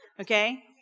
Okay